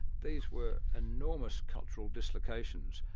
these were enormous cultural dislocations,